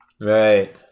Right